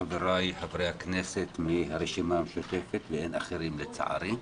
חבריי חברי הכנסת מהרשימה המשותפת ואין אחרים לצערי,